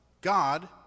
God